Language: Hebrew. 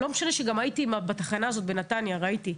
לא משנה שגם הייתי בתחנה הזאת בנתניה וראיתי,